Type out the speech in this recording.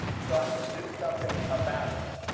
so i can do something about it.